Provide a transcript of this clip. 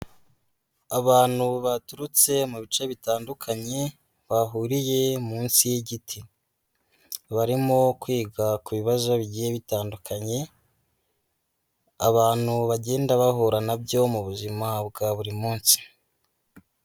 Abantu baturutse mu bice bitandukanye, bahuriye munsi y'igiti. Barimo kwiga ku bibazo bigiye bitandukanye, abantu bagenda bahura nabyo, mu buzima bwa buri munsi.